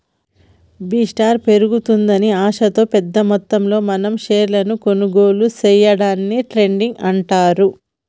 B స్టార్ట్ పెరుగుతుందని ఆశతో పెద్ద మొత్తంలో మనం షేర్లను కొనుగోలు సేయడాన్ని ట్రేడింగ్ అంటారు